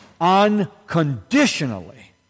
unconditionally